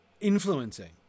influencing